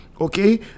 okay